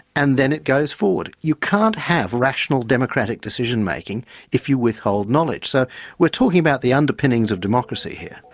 and then it goes forward. you can't have rational democratic decision-making if you withhold knowledge, so we're talking about the underpinnings of democracy here.